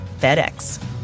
FedEx